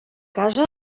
casa